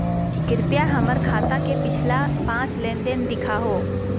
कृपया हमर खाता के पिछला पांच लेनदेन देखाहो